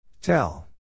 Tell